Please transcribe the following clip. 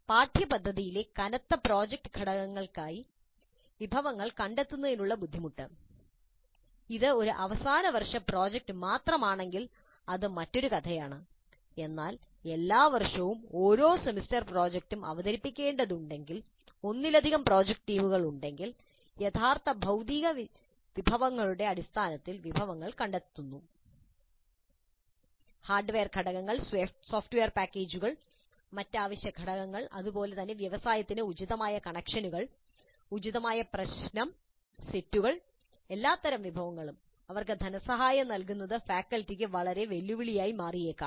പാഠ്യപദ്ധതിയിലെ കനത്ത പ്രോജക്റ്റ് ഘടകങ്ങൾക്കായി വിഭവങ്ങൾ കണ്ടെത്തുന്നതിനുള്ള ബുദ്ധിമുട്ട് ഇത് ഒരു അവസാന വർഷ പ്രോജക്റ്റ് മാത്രമാണെങ്കിൽ അത് മറ്റൊരു കഥയാണ് എന്നാൽ എല്ലാ വർഷവും ഓരോ സെമസ്റ്റർ പ്രോജക്ടും അവതരിപ്പിക്കേണ്ടതുണ്ടെങ്കിൽ ഒന്നിലധികം പ്രോജക്റ്റ് ടീമുകൾ ഉണ്ടെങ്കിൽ യഥാർത്ഥ ഭൌതിക വിഭവങ്ങളുടെ അടിസ്ഥാനത്തിൽ വിഭവങ്ങൾ കണ്ടെത്തുന്നു ഹാർഡ്വെയർ ഘടകങ്ങൾ സോഫ്റ്റ്വെയർ പാക്കേജുകൾ മറ്റ് അവശ്യ ഘടകങ്ങൾ അതുപോലെ തന്നെ വ്യവസായത്തിന് ഉചിതമായ കണക്ഷനുകൾ ഉചിതമായ പ്രശ്ന സെറ്റുകൾ എല്ലാത്തരം വിഭവങ്ങളും അവർക്ക് ധനസഹായം നൽകുന്നത് ഫാക്കൽറ്റികൾക്ക് വളരെ വെല്ലുവിളിയായി മാറിയേക്കാം